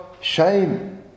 shame